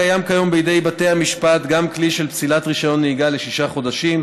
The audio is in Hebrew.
קיים כיום בידי בתי המשפט גם כלי של פסילת רישיון נהיגה לשישה חודשים.